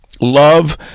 Love